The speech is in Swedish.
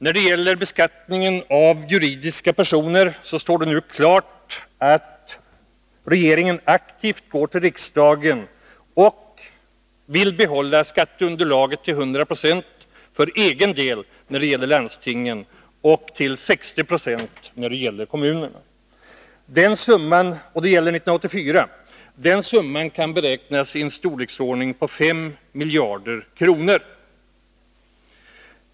När det gäller beskattning av juridiska personer står det nu klart att regeringen aktivt går till riksdagen och vill lägga beslag på skatteunderlaget för egen del — när det gäller landstingen till 100 96 och när det gäller kommunerna till 60 20. Detta gäller 1984. Summan kan beräknas till ca 5 miljarder kronor.